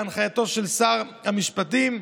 בהנחייתו של שר המשפטים,